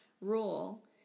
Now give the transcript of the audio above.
rule